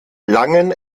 langen